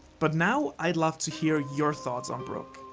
but now i'd love to hear your thoughts on brook.